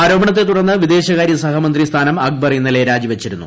ആരോപണത്തെ തുടർന്ന് വിദേശകാരൃ സഹമന്ത്രി സ്ഥാനം അക്ബർ ഇന്നലെ രാജിവച്ചിരുന്നു